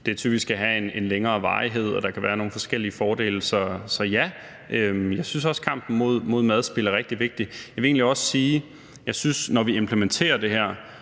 den typisk kan have en længere varighed og der kan være nogle forskellige fordele. Så ja. Men jeg synes også, kampen mod madspild er rigtig vigtig. Jeg vil egentlig også sige, at jeg synes, når vi implementerer det her,